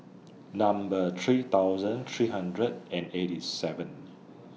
Number three thousand three hundred and eighty seven